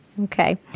Okay